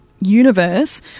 universe